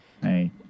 Hey